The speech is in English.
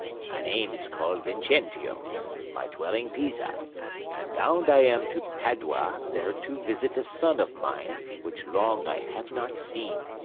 my name is called vincentio my dwelling pisa and bound i am to padua, there to visit a son of mine, which long i have not seen.